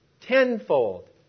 tenfold